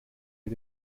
mit